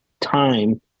time